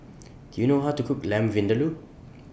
Do YOU know How to Cook Lamb Vindaloo